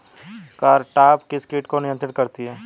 Cartap किस किट को नियंत्रित करती है?